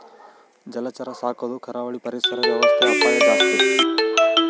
ಜಲಚರ ಸಾಕೊದು ಕರಾವಳಿ ಪರಿಸರ ವ್ಯವಸ್ಥೆಗೆ ಅಪಾಯ ಜಾಸ್ತಿ